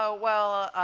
ah well,